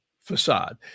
facade